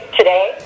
today